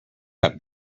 have